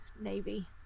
Navy